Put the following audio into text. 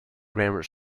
grammar